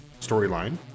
storyline